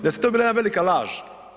Da su to bile jedna velika laž.